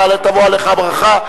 ותבוא עליך הברכה.